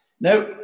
Now